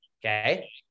Okay